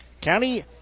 County